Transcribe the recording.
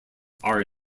are